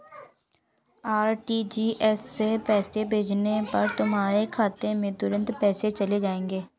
RTGS से पैसे भेजने पर तुम्हारे खाते में तुरंत पैसे चले जाएंगे